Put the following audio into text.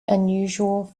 unusual